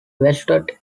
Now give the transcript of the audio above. vested